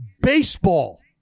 baseball